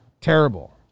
Terrible